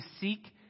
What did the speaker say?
seek